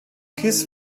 kiss